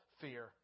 fear